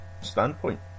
standpoint